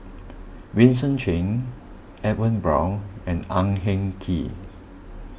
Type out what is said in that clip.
Vincent Cheng Edwin Brown and Ang Hin Kee